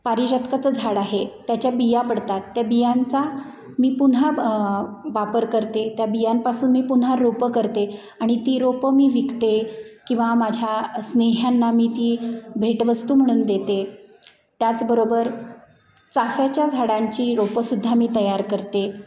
पारिजातकाचं झाड आहे त्याच्या बिया पडतात त्या बियांचा मी पुन्हा वापर करते त्या बियांपासून मी पुन्हा रोपं करते आणि ती रोपं मी विकते किंवा माझ्या स्नेह्यांना मी ती भेटवस्तू म्हणून देते त्याचबरोबर चाफ्याच्या झाडांची रोपंसुद्धा मी तयार करते